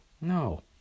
no